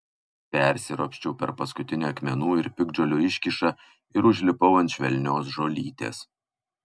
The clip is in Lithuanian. persiropščiau per paskutinę akmenų ir piktžolių iškyšą ir užlipau ant švelnios žolytės